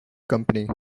company